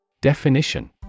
Definition